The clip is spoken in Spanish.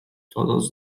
todos